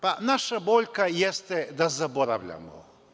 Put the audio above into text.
Pa, naša boljka jeste da zaboravljamo.